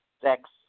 sex